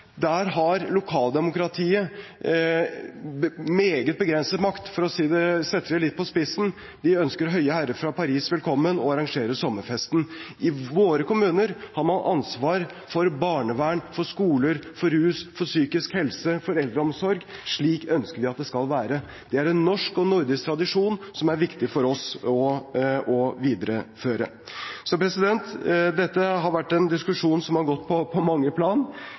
der har lokaldemokratiet meget begrenset makt, for å sette det litt på spissen – de ønsker de høye herrer fra Paris velkommen og arrangerer sommerfest. I våre kommuner har man ansvar for barnevern, for skoler, for rus, for psykisk helse, for eldreomsorg, og slik ønsker vi at det skal være. Det er en norsk og nordisk tradisjon som er viktig for oss å videreføre. Dette har vært en diskusjon som har gått på mange plan.